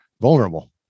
vulnerable